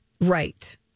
Right